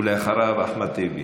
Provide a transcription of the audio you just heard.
ואחריו, אחמד טיבי.